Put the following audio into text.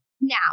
now